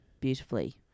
beautifully